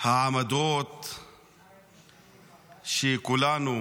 העמדות שכולנו